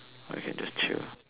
or we can just chill